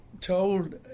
told